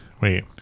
Wait